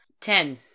Ten